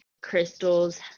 Crystals